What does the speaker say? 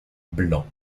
blancs